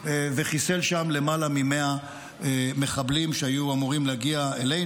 וחיסל שם למעלה מ-100 מחבלים שהיו אמורים להגיע אלינו,